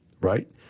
right